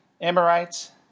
Amorites